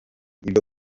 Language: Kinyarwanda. ibyo